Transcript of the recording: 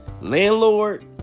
Landlord